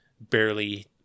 barely